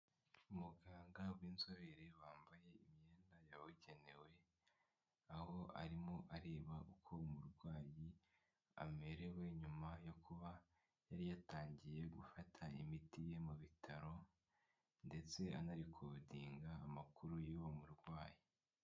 Umuganga w'inzobere wambaye imyenda yabugenewe aho arimo areba uko umurwayi amerewe nyuma yo kuba yari yatangiye gufata imiti ye mu bitaro ndetse anarikodinga amakuru y'uwo murwayi.